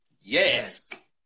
Yes